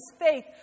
faith